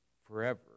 Forever